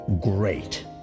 great